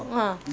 ah